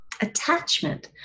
attachment